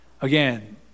Again